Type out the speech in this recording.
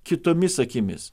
kitomis akimis